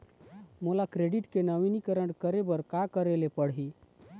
मोला क्रेडिट के नवीनीकरण करे बर का करे ले पड़ही?